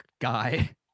guy